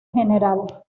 general